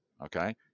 okay